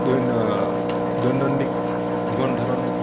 দৈন দৈনন্দিন জীৱন ধাৰণ